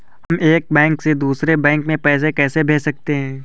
हम एक बैंक से दूसरे बैंक में पैसे कैसे भेज सकते हैं?